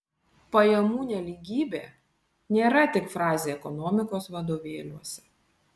pajamų nelygybė nėra tik frazė ekonomikos vadovėliuose